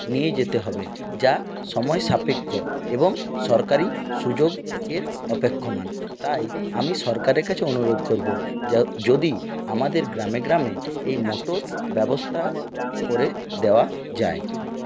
নিয়ে যেতে হবে যা সময়সাপেক্ষ এবং সরকারি সুযোগের অপেক্ষমান তাই আমি সরকারের কাছে অনুরোধ করবো য যদি আমাদের গ্রামে গ্রামে এই মোটর ব্যবস্থা করে দেওয়া যায়